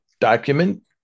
document